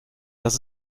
das